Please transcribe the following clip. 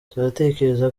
turatekereza